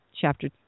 chapter